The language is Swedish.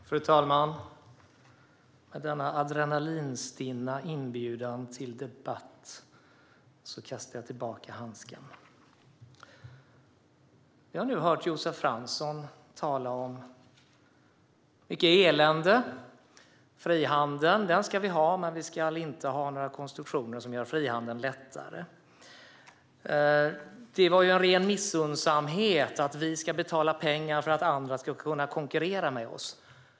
Fru talman! Efter denna adrenalinstinna inbjudan till debatt kastar jag tillbaka handsken. Jag har nu hört Josef Fransson tala om mycket elände. Frihandeln ska vi ha, men vi ska inte ha några konstruktioner som gör frihandeln lättare. Av missunnsamhet ska vi inte betala pengar för att andra ska kunna konkurrera med oss.